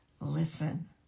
Listen